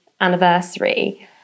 anniversary